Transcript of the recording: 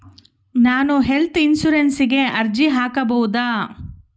ನಾನು ಹೆಲ್ತ್ ಇನ್ಶೂರೆನ್ಸಿಗೆ ಅರ್ಜಿ ಹಾಕಬಹುದಾ?